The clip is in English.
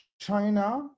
China